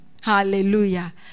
Hallelujah